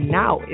now